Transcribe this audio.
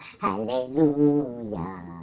Hallelujah